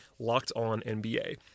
LOCKEDONNBA